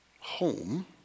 Home